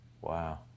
Wow